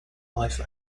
life